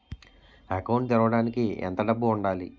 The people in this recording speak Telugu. అకౌంట్ తెరవడానికి ఎంత డబ్బు ఉండాలి?